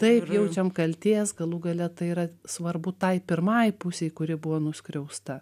taip jaučiam kaltės galų gale tai yra svarbu tai pirmai pusei kuri buvo nuskriausta